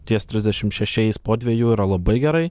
ties trisdešimt šešiais po dviejų yra labai gerai